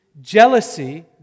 jealousy